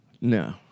No